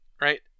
Right